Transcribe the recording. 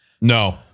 No